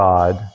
God